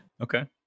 Okay